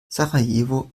sarajevo